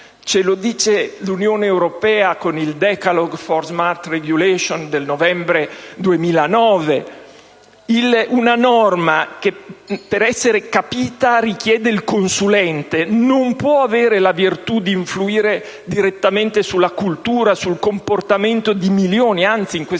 Ce lo dice l'Unione europea con il *Decalogue for smart regulation* del novembre 2009: una norma che per essere capita richiede il consulente non può avere la virtù di influire direttamente sulla cultura, sul comportamento di milioni,